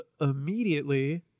immediately